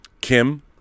Kim